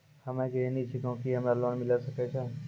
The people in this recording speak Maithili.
हम्मे गृहिणी छिकौं, की हमरा लोन मिले सकय छै?